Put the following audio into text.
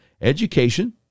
education